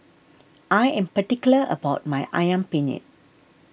I am particular about my Ayam Penyet